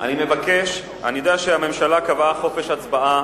אני יודע שהממשלה קבעה חופש הצבעה